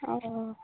ᱚ